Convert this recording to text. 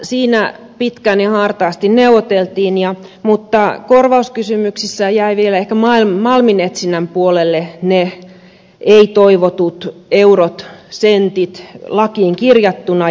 siinä pitkään ja hartaasti neuvoteltiin mutta korvauskysymyksissä jäivät vielä ehkä malminetsinnän puolelle ne ei toivotut eurot sentit lakiin kirjattuna